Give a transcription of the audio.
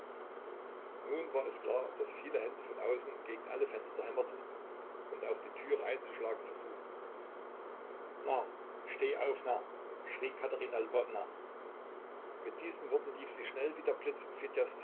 nun war es klar daß viele hände von außen gegen alle fenster hämmerten und auch die türe einzuschlagen versuchten narr steh auf narr schrie katerina lwowna mit diesen worten lief sie schnell wie der blitz